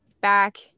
back